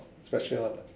special one ah